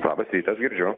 labas rytas girdžiu